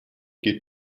geht